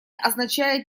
означает